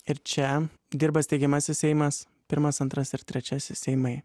ir čia dirba steigiamasis seimas pirmas antras ir trečiasis seimai